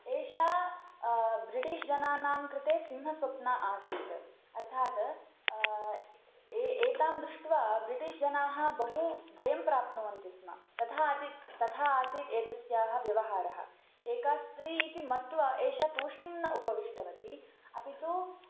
एषा ब्रिटीष् जनानां कृते सिंहस्वप्ना आसीत् अर्थात् ए एतां दृष्ट्वा ब्रिटीष् जनाः बहु भयं प्राप्नुवन्ति स्म तथा अतित् तथा आसीत् एतस्याः व्यवहारः एका स्त्री इति मत्वा एषा तूष्णीं न उपविष्टवती अपि तु